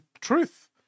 truth